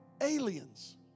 aliens